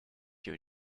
you